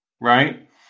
right